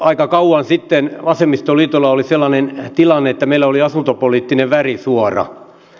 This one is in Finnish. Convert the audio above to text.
aika kauan sitten vasemmistoliitolla oli sellainen tilanne että meillä oli asuntopoliittinen värisuora